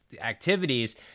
activities